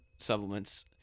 supplements